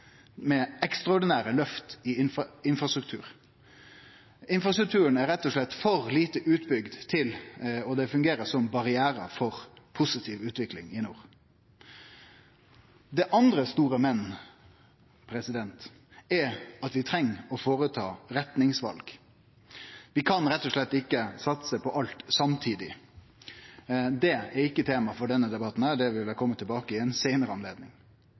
med ekstraordinære løft i infrastruktur. Infrastrukturen er rett og slett for lite utbygd, og det fungerer som barrierar for positiv utvikling i nord. Det andre store men er at vi treng å føreta retningsval. Vi kan rett og slett ikkje satse på alt samtidig. Det er ikkje tema for denne debatten, det vil eg kome tilbake til ved ei seinare anledning,